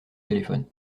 téléphone